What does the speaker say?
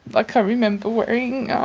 like i remember wearing